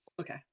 Okay